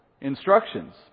instructions